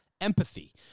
empathy